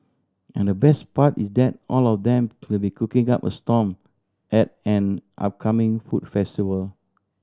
and the best part is that all of them will be cooking up a storm at an upcoming food festival